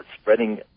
spreading